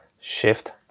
shift